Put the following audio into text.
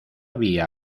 vía